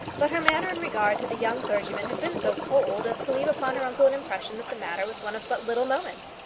but her manner in regard to the young clergyman had been so cold as to leave upon her uncle an impression that the matter was one of but little moment.